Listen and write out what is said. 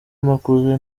makuza